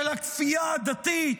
של הכפייה הדתית?